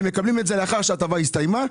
והם מקבלים את זה לאחר שההטבה הסתיימה,